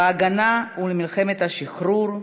בהגנה ובמלחמת השחרור,